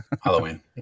Halloween